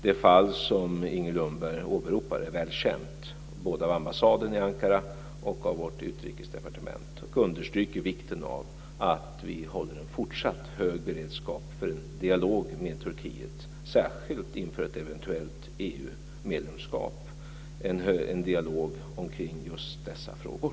Det fall som Inger Lundberg åberopar är väl känt, både av ambassaden i Ankara och av vårt utrikesdepartement, och understryker vikten av att vi håller en fortsatt hög beredskap för en dialog med Turkiet, särskilt inför ett eventuellt EU-medlemskap, omkring just dessa frågor.